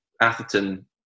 Atherton